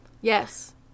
Yes